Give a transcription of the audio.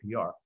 PR